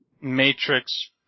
Matrix